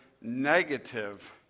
negative